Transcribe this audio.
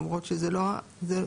למרות שזה לא המנגנון.